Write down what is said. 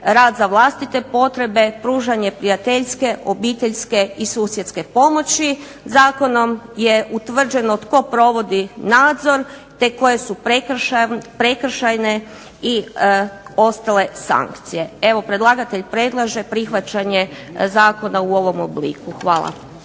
rad za vlastite potrebe, pružanje prijateljske, obiteljske i susjedske pomoći. Zakonom je utvrđeno tko provodi nadzor, te koje su prekršajne i ostale sankcije. Evo predlagatelj predlaže prihvaćanje zakona u ovom obliku. Hvala.